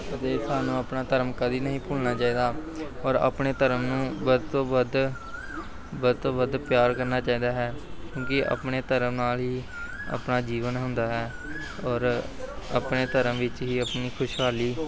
ਅਤੇ ਸਾਨੂੰ ਆਪਣਾ ਧਰਮ ਕਦੇ ਨਹੀਂ ਭੁੱਲਣਾ ਚਾਹੀਦਾ ਔਰ ਆਪਣੇ ਧਰਮ ਨੂੰ ਵੱਧ ਤੋਂ ਵੱਧ ਵੱਧ ਤੋਂ ਵੱਧ ਪਿਆਰ ਕਰਨਾ ਚਾਹੀਦਾ ਹੈ ਕਿਉਂਕਿ ਆਪਣੇ ਧਰਮ ਨਾਲ ਹੀ ਆਪਣਾ ਜੀਵਨ ਹੁੰਦਾ ਹੈ ਔਰ ਆਪਣੇ ਧਰਮ ਵਿੱਚ ਹੀ ਆਪਣੀ ਖੁਸ਼ਹਾਲੀ